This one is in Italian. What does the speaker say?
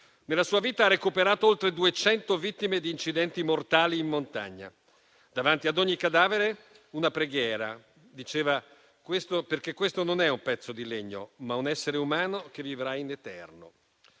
Nella sua vita ha recuperato oltre 200 vittime di incidenti mortali in montagna. Davanti a ogni cadavere recitava una preghiera, perché quello era non un pezzo di legno, ma un essere umano che avrebbe